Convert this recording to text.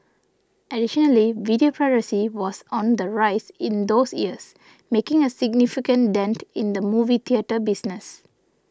additionally video piracy was on the rise in those years making a significant dent in the movie theatre business